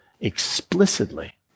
explicitly